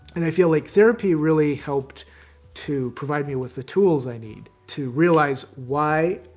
and, i feel like therapy really helped to provide me with the tools i need to realize why.